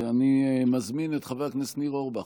אני מזמין את חבר הכנסת ניר אורבך.